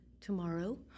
tomorrow